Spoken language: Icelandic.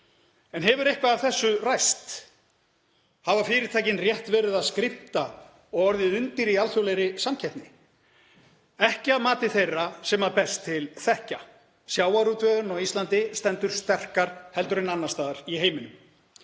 En hefur eitthvað af þessu ræst? Hafa fyrirtækin rétt verið að skrimta og orðið undir í alþjóðlegri samkeppni? Ekki að mati þeirra sem best til þekkja. Sjávarútvegurinn á Íslandi stendur sterkar en annars staðar í heiminum.